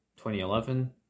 2011